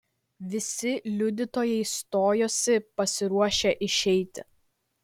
visi liudytojai stojosi pasiruošę išeiti